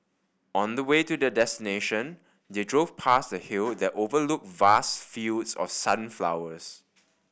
on the way to their destination they drove past a hill that overlooked vast fields of sunflowers